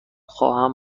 خواهم